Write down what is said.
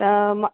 त मां